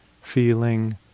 feeling